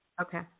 Okay